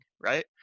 right